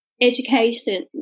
education